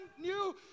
new